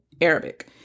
Arabic